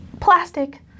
plastic